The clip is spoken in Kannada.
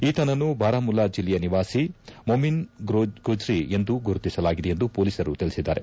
ಈತನನ್ನು ಬಾರಾಮುಲ್ಲಾ ಜೆಲ್ಲೆಯ ನಿವಾಸಿ ಮೊಮಿನ್ ಗೊಜ್ರಿ ಎಂದು ಗುರುತಿಸಲಾಗಿದೆ ಎಂದು ಪೊಲೀಸರು ತಿಳಿಸಿದ್ದಾರೆ